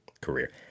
career